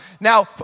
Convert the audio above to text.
Now